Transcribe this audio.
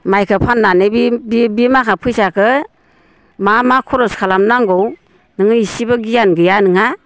माइखो फाननानै बि बि बि माखा फैसाखो मा मा खरस खालामनांगौ नों इसिबो गियान गैया नोंहा